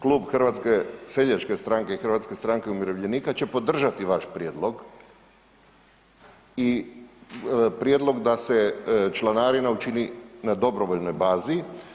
Klub Hrvatske seljačke stranke, Hrvatske stranke umirovljenika će podržati vaš prijedlog i prijedlog da se članarina učini na dobrovoljnoj bazi.